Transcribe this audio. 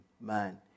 man